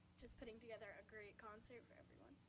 just putting together a great concert for everyone.